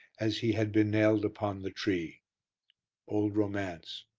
as he had been nailed upon the tree old romance.